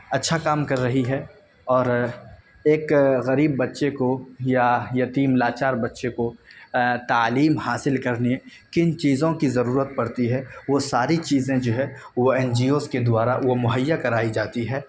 اچھا کام کر رہی ہے اور ایک غریب بچے کو یا یتیم لاچار بچے کو تعلیم حاصل کرنے کن چیزوں کی ضرورت پڑتی ہے وہ ساری چیزیں جو ہے وہ این جی اوز کے دوارا وہ مہیا کرائی جاتی ہے